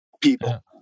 people